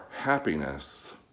happiness